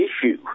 issue